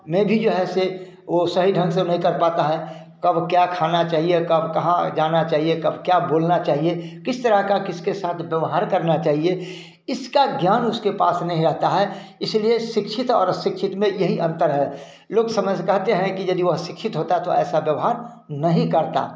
में भी जो है से वह सही ढंग से नहीं कर पाता है कब क्या खाना चाहिए और कब कहाँ जाना चाहिए कब क्या बोलना चाहिए किस तरह का किसके साथ व्यवहार करना चाहिए इसका ज्ञान उसके पास नहीं रहता है इसलिए शिक्षित और अशिक्षित में यही अंतर है लोग समझ कहते हैं कि यदि वह शिक्षित होता तो ऐसा व्यवहार नहीं करता